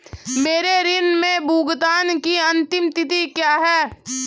मेरे ऋण के भुगतान की अंतिम तिथि क्या है?